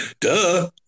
Duh